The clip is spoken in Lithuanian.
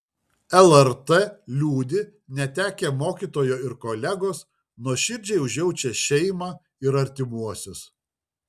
lrt liūdi netekę mokytojo ir kolegos nuoširdžiai užjaučia šeimą ir artimuosius